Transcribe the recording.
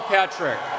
Patrick